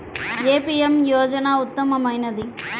ఏ PM యోజన ఉత్తమమైనది?